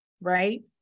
right